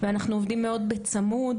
ואנחנו עובדים מאד בצמוד,